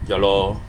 ya lor